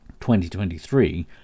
2023